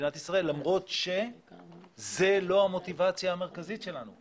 למדינת ישראל למרות שזאת לא המוטיבציה המרכזית שלנו.